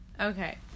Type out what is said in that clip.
Okay